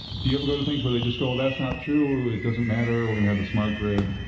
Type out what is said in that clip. do you ever go to things where they just go, that's not true. it doesn't matter, we're gonna have a smart grid.